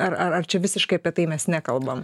ar ar ar čia visiškai apie tai mes nekalbam